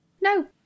No